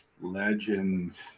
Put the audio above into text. legends